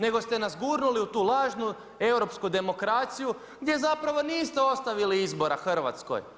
Nego ste nas gurnuli u tu lažnu europsku demokraciju, gdje zapravo niste ostavili izbora Hrvatskoj.